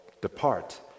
depart